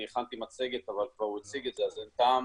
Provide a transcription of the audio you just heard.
הכנתי מצגת אבל הוא כבר הציג את זה אז אין טעם.